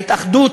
התאחדות